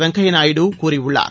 வெங்கைய்யா நாயுடு கூறியுள்ளார்